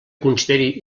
consideri